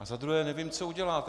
A za druhé nevím, co uděláte.